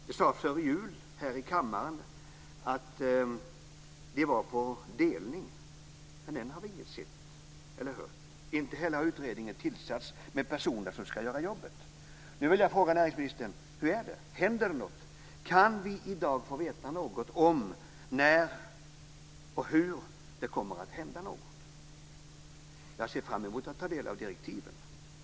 Det sades före jul här i kammaren att de var på delning, men än har vi inget sett eller hört. Inte heller har utredningen tillsatts med de personer som skall göra jobbet. Händer det något? Kan vi i dag få veta något om när och hur det kommer att hända något? Jag ser fram emot att ta del av direktiven.